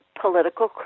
political